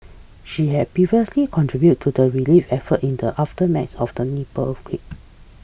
she had previously contributed to the relief effort in the aftermath of the Nepal earthquake